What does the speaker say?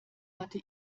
hatte